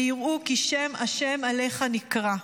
ויראו כי שם השם עליך נקרא.